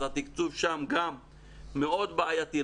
אז התקצוב שם גם מאוד בעייתי.